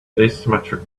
asymmetric